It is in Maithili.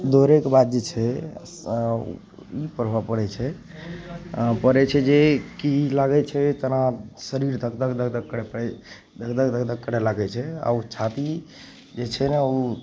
दौड़ैके बाद जे छे अँ ई प्रभाव पड़ै छै अँ पड़ै छै जे कि लागै छै जेना शरीर धक धक धक धक करै पड़ै धक धक धक धक करै लागै छै आओर ओ छाती जे छै ने ओ